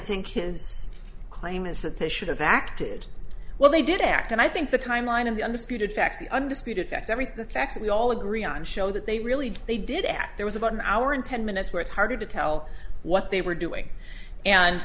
think his claim is that they should have acted well they did act and i think the timeline of the undisputed facts the undisputed facts everything the facts we all agree on show that they really they did act there was about an hour and ten minutes where it's hard to tell what they were doing and